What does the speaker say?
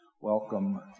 welcome